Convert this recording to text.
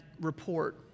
report